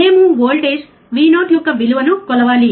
మేము voltage Vo యొక్క విలువను కొలవాలి